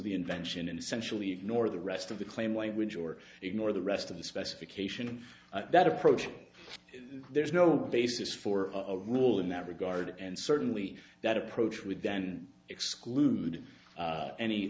the invention and sensually ignore the rest of the claim language or ignore the rest of the specification of that approach there's no basis for a rule in that regard and certainly that approach with then exclude